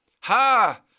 Ha